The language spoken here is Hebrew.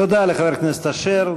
תודה לחבר הכנסת אשר.